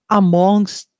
amongst